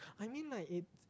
I mean like it's